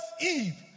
Eve